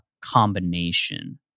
combination